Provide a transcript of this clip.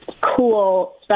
cool